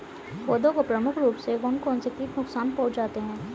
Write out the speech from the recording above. पौधों को प्रमुख रूप से कौन कौन से कीट नुकसान पहुंचाते हैं?